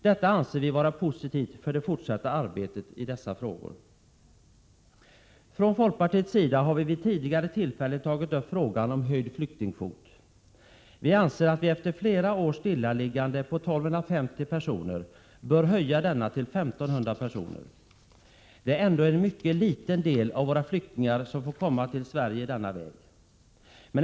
Detta anser vi vara positivt för det fortsatta arbetet i dessa frågor. Från folkpartiets sida har vi vid tidigare tillfällen tagit upp frågan om höjd flyktingkvot. Vi anser att vi efter flera år med oförändrad kvot bör höja denna från 1 250 personer till 1 500 personer. Det är ändå en mycket liten del av våra flyktingar som får komma till Sverige denna väg.